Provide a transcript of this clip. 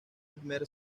primer